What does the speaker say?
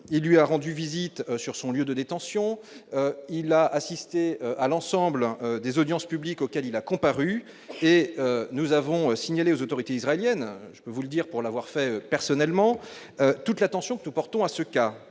il lui a rendu visite sur son lieu de détention, il a assisté à l'ensemble des audiences publiques auxquelles il a comparu et nous avons signalé aux autorités israéliennes, je peux vous le dire, pour l'avoir fait personnellement toute l'attention que nous portons à ce cas